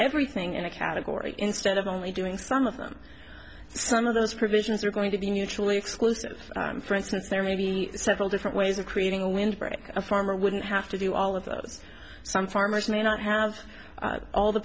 everything in a category instead of only doing some of them some of those provisions are going to be mutually exclusive for instance there may be several different ways of creating a windbreak a farmer wouldn't have to do all of those some farmers may not have all the